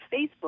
Facebook